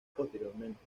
posteriormente